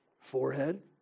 Forehead